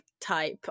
type